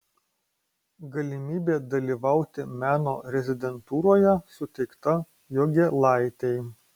galimybė dalyvauti meno rezidentūroje suteikta jogėlaitei